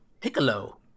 Piccolo